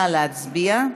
נא להצביע.